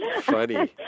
funny